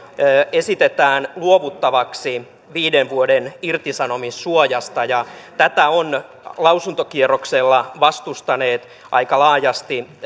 esitetään luovuttavaksi viiden vuoden irtisanomissuojasta ja tätä on lausuntokierroksella vastustanut aika laajasti